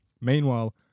Meanwhile